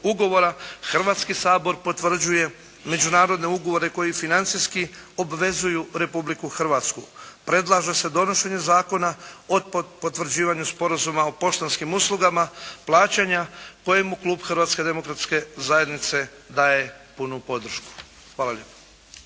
Hrvatski sabor potvrđuje međunarodne ugovore koji financijski obvezuju Republiku Hrvatsku, predlaže se donošenje Zakona o potvrđivanju Sporazuma o poštanskim uslugama plaćanja kojemu Klub Hrvatske demokratske zajednice daje punu podršku. Hvala lijepo.